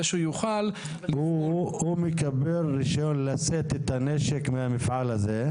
הוא מקבל רישיון לשאת את הנשק מהמפעל הזה.